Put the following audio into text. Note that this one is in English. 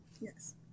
Yes